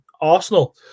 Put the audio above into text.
Arsenal